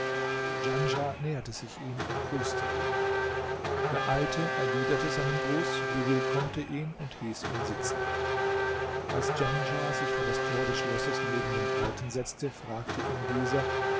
djanschah näherte sich ihm und grüßte ihn der alte erwiderte seinen gruß bewillkommte ihn und hieß ihn sitzen als djanschah sich vor das tor des schlosses neben den alten setzte fragte ihn dieser